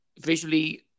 visually